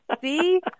See